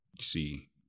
see